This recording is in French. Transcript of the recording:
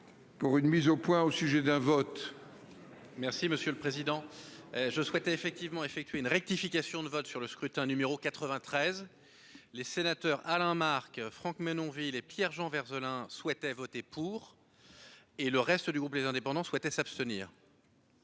Pour une mise au point, au sujet d'un vote.-- Merci, monsieur le Président. Je souhaitais effectivement effectué une rectification de vote sur le scrutin, numéro 93, les sénateurs Alain Marc Franck Menonville et Pierre-Jean vers Zlin souhaitaient voter pour. Et le reste du groupe les indépendants souhaitaient s'abstenir.--